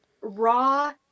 raw